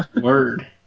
Word